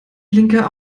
blinker